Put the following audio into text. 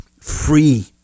free